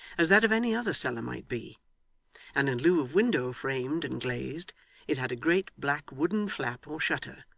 as that of any other cellar might be and in lieu of window framed and glazed it had a great black wooden flap or shutter,